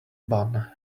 bun